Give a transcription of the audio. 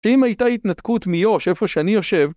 שאם הייתה התנתקות מיוש איפה שאני יושב